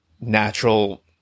natural